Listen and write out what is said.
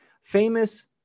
famous